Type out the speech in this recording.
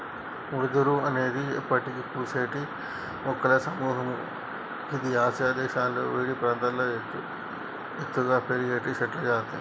వెదురు అనేది ఎప్పటికి పూసేటి మొక్కల సముహము గిది ఆసియా దేశాలలో వేడి ప్రాంతాల్లో ఎత్తుగా పెరిగేటి చెట్లజాతి